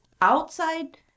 outside